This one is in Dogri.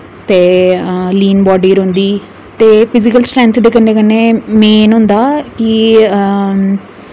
ते लीन बाड्डी रौंह्दी ते फिजिकल स्ट्रेंथ दे कन्नै कन्नै मेन होंदा कि